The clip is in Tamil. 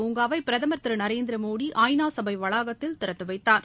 பூங்காவை பிரதமர் திரு நரேந்திரமோடி ஐ நா சபை வளாகத்தில் திறந்து வைத்தார்